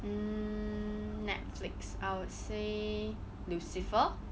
mm Netflix I would say lucifer